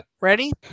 ready